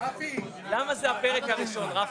רפי, למה זה הפרק הראשון?